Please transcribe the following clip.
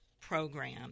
program